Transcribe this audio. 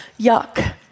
yuck